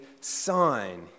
sign